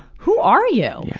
who are you! yeah